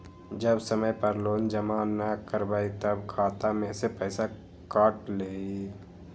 जब समय पर लोन जमा न करवई तब खाता में से पईसा काट लेहई?